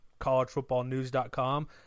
collegefootballnews.com